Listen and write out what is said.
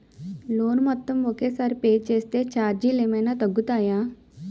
Loan మొత్తం ఒకే సారి పే చేస్తే ఛార్జీలు ఏమైనా తగ్గుతాయా?